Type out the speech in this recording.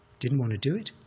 didn't wanna do it.